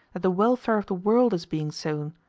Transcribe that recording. that the welfare of the world is being sown,